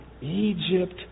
Egypt